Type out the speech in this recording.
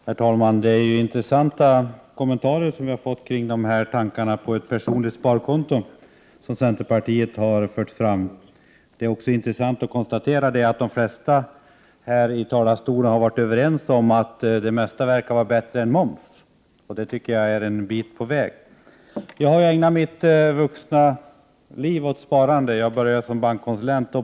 Herr talman! Det är intressanta kommentarer som vi har fått kring de tankar på ett personligt sparkonto som centerpartiet har fört fram. Det är också intressant att konstatera att de flesta talare här har varit överens om att det mesta verkar vara bättre än moms, och det tycker jag innebär att vi har kommit en bit på vägen. Jag har ägnat mitt vuxna liv åt sparande. Jag började som bankkonsulent.